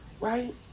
right